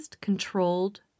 controlled